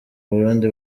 burundi